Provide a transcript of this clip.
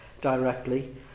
directly